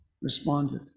Responded